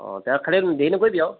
অ তে খালী দেৰি নকৰিবি আৰু